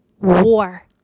war